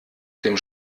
dem